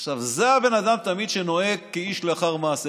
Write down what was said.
עכשיו, זה הבן אדם שתמיד נוהג כאיש לאחר מעשה.